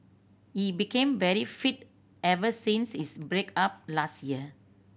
he became very fit ever since his break up last year